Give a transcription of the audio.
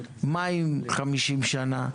מים 50 שנה,